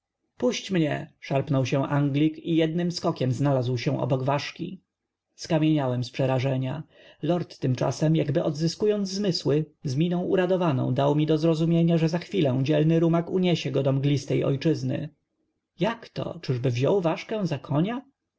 puść mię szarpnął się anglik i jednym skokiem znalazł się obok ważki skamieniałem z przerażenia lord tymczasem jakby odzyskując zmysły z miną uradowaną dał mi do zrozumienia że za chwilę dzielny rumak uniesie go do mglistej ojczyzny jakto czyżby wziął ważkę za konia